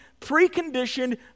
preconditioned